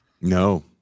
no